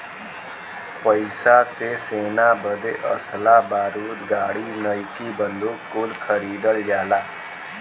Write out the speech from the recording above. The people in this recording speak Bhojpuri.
पइसा से सेना बदे असलहा बारूद गाड़ी नईकी बंदूक कुल खरीदल जाला